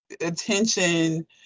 attention